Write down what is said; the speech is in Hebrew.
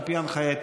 על פי הנחייתי,